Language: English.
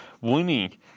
winning